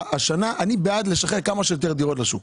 אני בעד לשחרר כמה שיותר דירות לשוק.